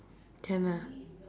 can lah